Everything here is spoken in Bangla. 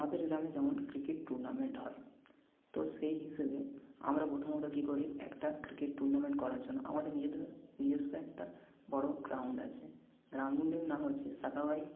আমাদের এলাকায় যেমন ক্রিকেট টুর্নামেন্ট হয় তো সেই হিসেবে আমরা প্রথমত কী করি একটা ক্রিকেট টুর্নামেন্ট করার জন্য আমাদের নিজেদের নিজস্ব একটা বড় গ্রাউণ্ড আছে গ্রাউণ্ডের নাম হচ্ছে সাখাবাই